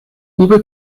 uwe